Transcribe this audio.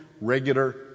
regular